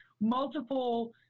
multiple